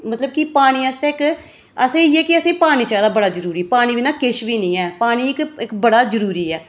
मतलब कि पानी आस्तै इक असें गी इ'यै कि असें पानी चाहिदा जरुरी पानी बिना किश बी नेईं ऐ पानी इक बड़ा जरुरी ऐ